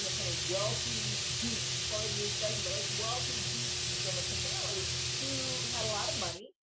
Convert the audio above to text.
yeah kind of wealthy geeks, pardon the expression, but like wealthy geeks in silicon valley who had a lot of money.